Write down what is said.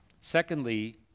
Secondly